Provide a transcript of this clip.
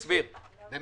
עכשיו?